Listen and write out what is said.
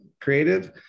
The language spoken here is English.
creative